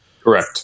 Correct